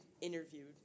interviewed